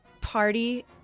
party